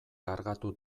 kargatu